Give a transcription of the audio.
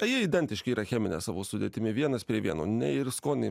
tai jie identiški yra chemine savo sudėtimi vienas prie vieno ne ir skoniai